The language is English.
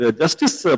justice